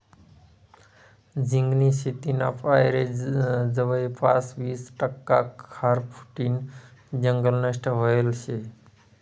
झिंगानी शेतीना पायरे जवयपास वीस टक्का खारफुटीनं जंगल नष्ट व्हयेल शे